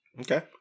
Okay